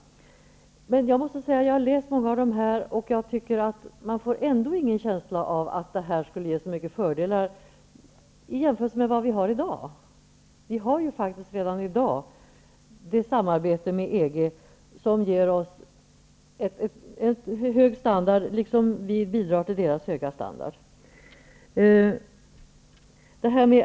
Jag har läst många av dem, och jag tycker att man inte får en känsla av att det skulle ge så många fördelar i jämförelse med vad vi har i dag. Vi har faktiskt redan i dag samarbete med EG som ger oss en hög standard, och vi bidrar till EG-ländernas höga standard.